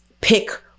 pick